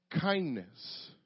kindness